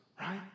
right